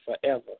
forever